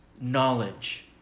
knowledge